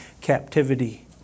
captivity